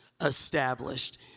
established